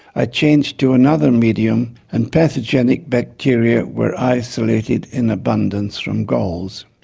i changed to another medium and pathogenic bacteria were isolated in abundance from galls.